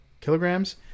kilograms